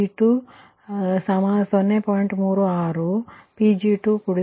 36 Pg232